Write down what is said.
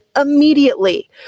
immediately